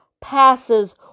passes